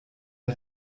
der